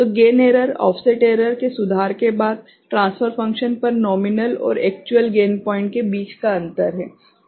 तो gain error offset error के सुधार के बाद ट्रांसफर फंक्शन पर नोमीनल और एक्चुअल गेन पॉइंट के बीच का अंतर है